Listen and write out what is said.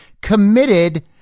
committed